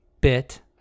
bit